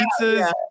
pizzas